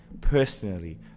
personally